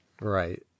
Right